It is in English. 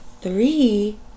three